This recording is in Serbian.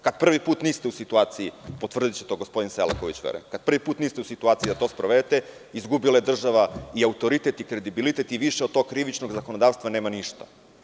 Kad prvi put niste u situaciji, potvrdiće to gospodin Selaković, kada prvi put niste u situaciji da to sprovedete izgubila je država i autoritet i kredibilitet i više od tog krivičnog zakonodavstva nema ništa.